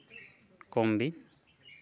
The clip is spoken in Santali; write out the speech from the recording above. ᱠᱚᱢ ᱵᱤᱱ